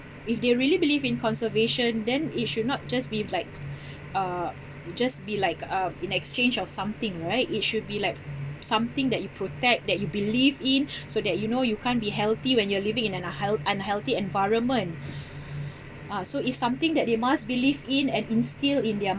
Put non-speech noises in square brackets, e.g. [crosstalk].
if they really believe in conservation then it should not just be like [breath] uh you just be like uh in exchange of something right it should be like something that you protect that you believe in [breath] so that you know you can't be healthy when you're living in an unhealth~ unhealthy environment [breath] ah so it's something that they must believe in and instill in their